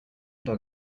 dog